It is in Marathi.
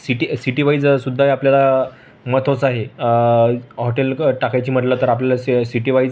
सिटी सिटीवाईजसुद्धा हे आपल्याला महत्त्वाचं आहे हॉटेल क टाकायची म्हटलं तर आपल्याला सि सिटीवाईज